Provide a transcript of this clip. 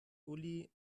uli